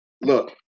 Look